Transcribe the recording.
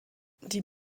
die